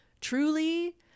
truly